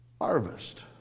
harvest